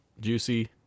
Juicy